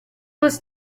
was